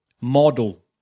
model